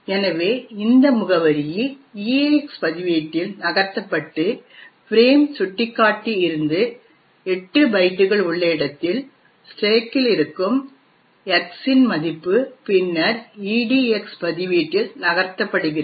எனவே இந்த முகவரி EAX பதிவேட்டில் நகர்த்தப்பட்டு பிரேம் சுட்டிக்காட்டி இருந்து 8 பைட்டுகள் உள்ள இடத்தில் ஸ்டாக்கில் இருக்கும் X இன் மதிப்பு பின்னர் EDX பதிவேட்டில் நகர்த்தப்படுகிறது